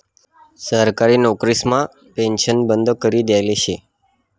सरकारी नवकरीसमा पेन्शन बंद करी देयेल शे